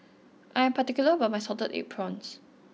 I am particular about my salted egg prawns